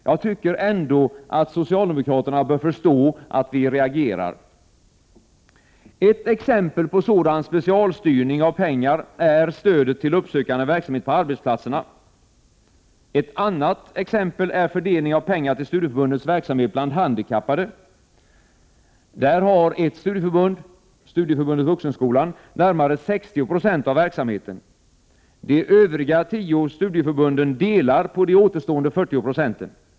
Jag tycker ändå att socialdemokraterna bör ha förståelse för att vi reagerar. Ett exempel på sådan specialstyrning av pengar är stödet till uppsökande verksamhet på arbetsplatserna. Ett annat exempel är fördelningen av pengar till studieförbundens verksamhet bland handikappade. Där har ett studieförbund, nämligen Studieförbundet Vuxenskolan, närmare 60 90 av verksamheten. De övriga tio studieförbunden delar på de återstående 40 90.